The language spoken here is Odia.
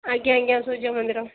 ଆଜ୍ଞା ଆଜ୍ଞା ସୂର୍ଯ୍ୟ ମନ୍ଦିର